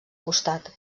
costat